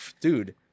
dude